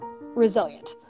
resilient